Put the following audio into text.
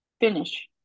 finish